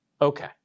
Okay